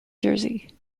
jersey